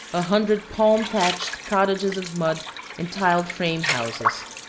a hundred palm-thatched cottages of mud and tiled frame houses,